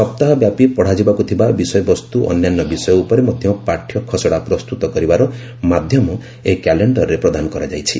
ସପ୍ତାହ ବ୍ୟାପି ପଢ଼ାଯିବାକୁ ଥିବା ବିଷୟବସ୍ତୁ ଅନ୍ୟାନ୍ୟ ବିଷୟ ଉପରେ ମଧ୍ୟ ପାଠ୍ୟଖସଡ଼ା ପ୍ରସ୍ତୁତ କରିବାର ମାଧ୍ୟମ ଏହି କ୍ୟାଲେଣ୍ଡରେ ପ୍ରଦାନ କରାଯାଇଛି